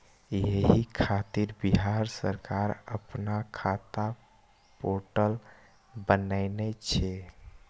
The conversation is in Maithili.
एहि खातिर बिहार सरकार अपना खाता पोर्टल बनेने छै